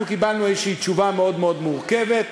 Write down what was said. אנחנו קיבלנו איזו תשובה מאוד מאוד מורכבת.